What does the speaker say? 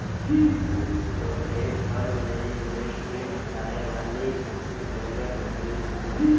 brokerage firm यही investment कराए वाली बिचौलिया कंपनी हउवे